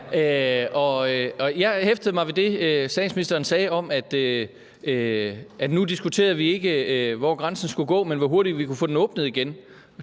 Jeg hæftede mig ved det, statsministeren sagde, om, at nu diskuterede vi ikke, hvor grænsen skulle gå, men hvor hurtigt vi kunne få den åbnet igen.